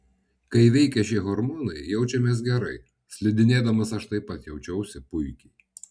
kai veikia šie hormonai jaučiamės gerai slidinėdamas aš taip pat jaučiausi puikiai